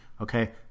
okay